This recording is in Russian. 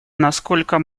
насколько